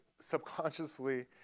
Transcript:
subconsciously